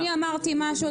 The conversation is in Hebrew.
אני אמרתי משהו,